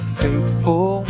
faithful